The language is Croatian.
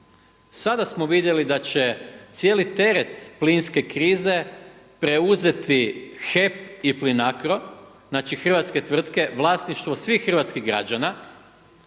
Sada smo vidjeli da će cijeli teret plinske krize preuzeti HEP i Plinacro, znači hrvatske tvrtke vlasništvo svih hrvatskih građana